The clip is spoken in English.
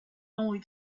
only